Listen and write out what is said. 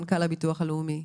מנכ"ל הביטוח הלאומי,